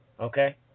okay